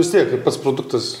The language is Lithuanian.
vis tiek pats produktas